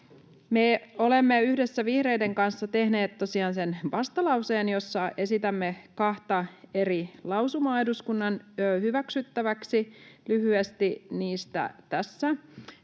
Me olemme yhdessä vihreiden kanssa tehneet tosiaan sen vastalauseen, jossa esitämme kahta eri lausumaa eduskunnan hyväksyttäviksi — lyhyesti niistä tässä.